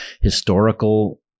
historical